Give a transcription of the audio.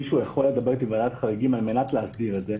מישהו מוועדת חריגים יכול לדבר איתי על מנת להסדיר את זה?